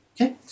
okay